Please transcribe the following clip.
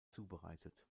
zubereitet